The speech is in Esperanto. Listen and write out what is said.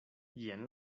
jen